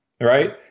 right